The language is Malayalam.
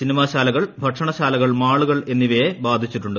സിനിമാശാലകൾ ഭക്ഷണശാലകൾ മാളുകൾ എന്നിവയെ ബാധിച്ചിട്ടുണ്ട്